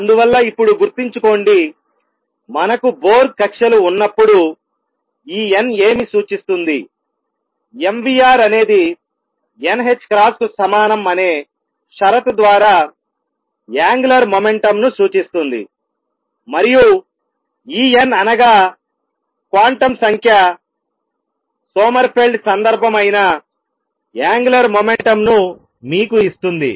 అందువల్ల ఇప్పుడు గుర్తుంచుకోండి మనకు బోర్ కక్ష్యలు ఉన్నప్పుడు ఈ n ఏమి సూచిస్తుందిmvr అనేది n h క్రాస్కు సమానం అనే షరతు ద్వారా యాంగులర్ మొమెంటంను సూచిస్తుంది మరియు ఈ n అనగా క్వాంటం సంఖ్య సోమెర్ఫెల్డ్ సందర్భం అయిన యాంగులర్ మొమెంటం ను మీకు ఇస్తుంది